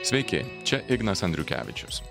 sveiki čia ignas andriukevičius